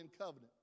covenant